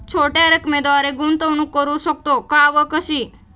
छोट्या रकमेद्वारे गुंतवणूक करू शकतो का व कशी?